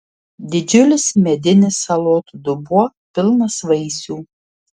didžiulis medinis salotų dubuo pilnas vaisių